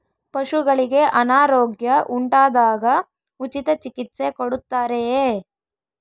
ಪಶುಗಳಿಗೆ ಅನಾರೋಗ್ಯ ಉಂಟಾದಾಗ ಉಚಿತ ಚಿಕಿತ್ಸೆ ಕೊಡುತ್ತಾರೆಯೇ?